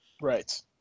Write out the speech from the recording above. Right